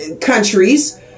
countries